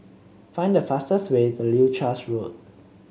find the fastest way to Leuchars Road